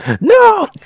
No